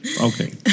okay